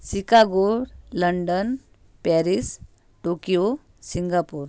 Chicago London Paris Tokyo Singapore